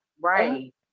Right